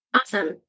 Awesome